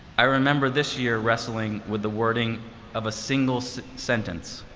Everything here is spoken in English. i remember this year wrestling with the wording of a single so sentence